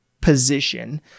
position